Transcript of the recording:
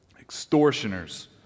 extortioners